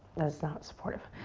that is not supportive.